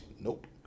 Nope